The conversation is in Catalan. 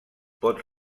pot